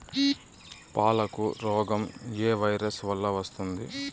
పాలకు రోగం ఏ వైరస్ వల్ల వస్తుంది?